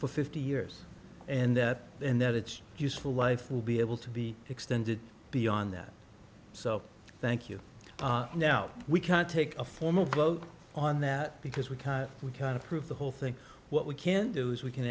for fifty years and that and that it's useful life will be able to be extended beyond that so thank you now we can't take a formal vote on that because we can we can approve the whole thing what we can do is we can